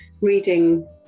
reading